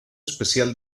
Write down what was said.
especial